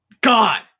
God